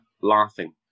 Laughing